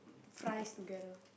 fries together